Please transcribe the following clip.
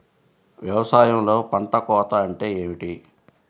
వ్యవసాయంలో పంట కోత అంటే ఏమిటి?